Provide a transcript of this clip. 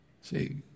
See